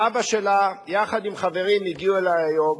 אבא שלה, יחד עם חברים, הגיעו אלי היום,